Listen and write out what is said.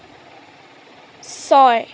ছয়